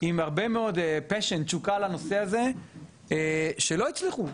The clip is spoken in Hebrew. עם הרבה מאוד תשוקה לנושא הזה שלא הצליחו,